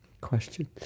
question